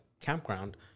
campground